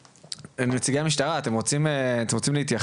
נציגי המשטרה, אתם רוצים להתייחס?